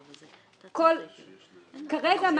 כרגע,